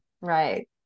right